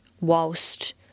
whilst